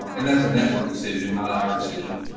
and that's a network decision, not our decision.